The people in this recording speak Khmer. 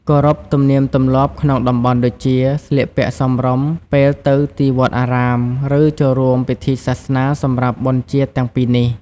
គោរពទំនៀមទម្លាប់ក្នុងតំបន់ដូចជា ស្លៀកពាក់សមរម្យពេលទៅទីវត្តអារាម ឬចូលរួមពិធីសាសនាសម្រាប់បុណ្យជាតិទាំងពីរនេះ ។